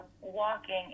walking